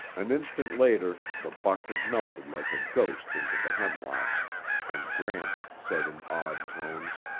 an instant later the buck had melted like a ghost into the hemlocks and gramps said in awed tones,